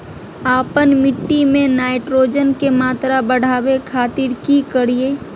आपन मिट्टी में नाइट्रोजन के मात्रा बढ़ावे खातिर की करिय?